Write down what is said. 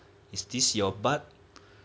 is this your butt